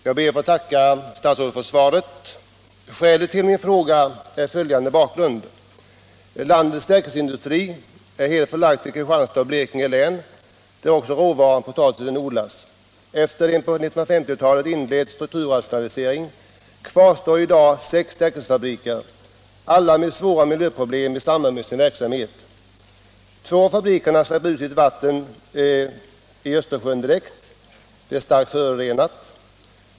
Herr talman! Jag ber att få tacka statsrådet för svaret. Bakgrunden till min fråga är följande. Landets stärkelseindustri är helt förlagd till Kristianstads och Blekinge län, där också råvaran potatis odlas. Efter en på 1950-talet inledd strukturrationalisering kvarstår i dag sex stärkelsefabriker, alla med svåra miljöproblem i samband med sin verksamhet. Två av fabrikerna släpper ut sitt starkt förorenade, kvävehaltiga processavloppsvatten direkt i Östersjön.